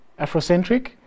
Afrocentric